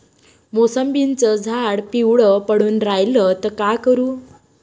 मोसंबीचं झाड पिवळं पडून रायलं त का करू?